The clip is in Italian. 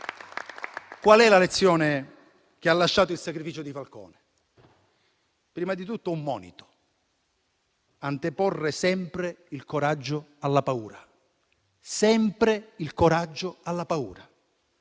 Qual è la lezione che ci ha lasciato il sacrificio di Falcone? Prima di tutto, un monito: anteporre sempre il coraggio alla paura, sempre il coraggio alla paura.